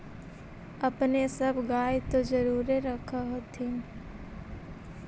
अपने सब गाय तो जरुरे रख होत्थिन?